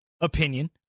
opinion